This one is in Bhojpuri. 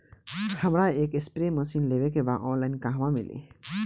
हमरा एक स्प्रे मशीन लेवे के बा ऑनलाइन कहवा मिली?